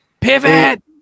Pivot